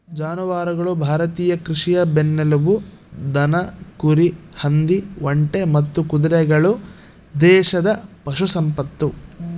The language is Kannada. ಜಾನುವಾರುಗಳು ಭಾರತೀಯ ಕೃಷಿಯ ಬೆನ್ನೆಲುಬು ದನ ಕುರಿ ಹಂದಿ ಒಂಟೆ ಮತ್ತು ಕುದುರೆಗಳು ದೇಶದ ಪಶು ಸಂಪತ್ತು